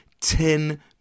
ten